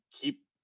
keep